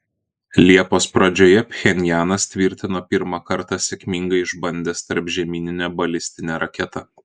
liepos pradžioje pchenjanas tvirtino pirmą kartą sėkmingai išbandęs tarpžemyninę balistinę raketą